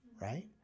right